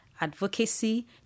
advocacy